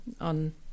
on